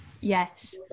yes